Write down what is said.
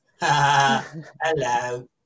Hello